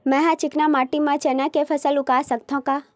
मै ह चिकना माटी म चना के फसल उगा सकथव का?